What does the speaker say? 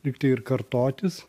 lyg tai ir kartotis